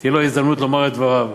תהיה לו ההזדמנות לומר את דבריו.